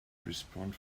respond